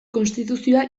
konstituzioa